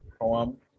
poem